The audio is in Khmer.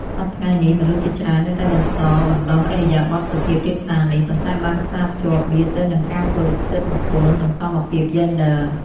សព្វថ្ងៃនេះ មនុស្សជាច្រើននៅតែបន្តបណ្ដុះឥរិយាបថសុភាពរាបសារនេះ ប៉ុន្តែបានផ្សារភ្ជាប់វាទៅនឹងការគោរពសិទ្ធិបុគ្គល និងសមភាពយេនឌ័រ។